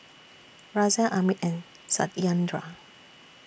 Razia Amit and Satyendra